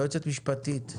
יועצת משפטית,